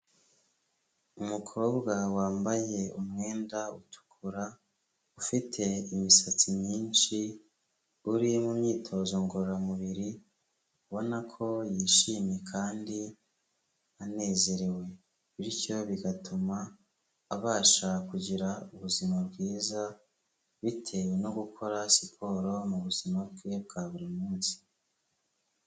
Umukobwa wambaye umwenda utukura, ufite imisatsi myinshi, uri mu myitozo ngororamubiri, ubona ko yishimye kandi anezerewe, bityo bigatuma abasha kugira ubuzima bwiza, bitewe no gukora siporo mu buzima bwe bwa buri munsi.